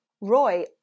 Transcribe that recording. Roy